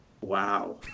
Wow